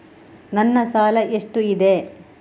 ನನ್ನ ಸಾಲ ಎಷ್ಟು ಇದೆ?